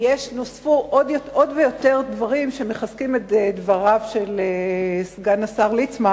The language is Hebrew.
נוספו עוד דברים שמחזקים את דבריו של סגן השר ליצמן